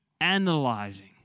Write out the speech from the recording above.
analyzing